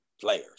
players